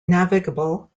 navigable